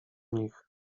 nich